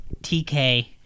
TK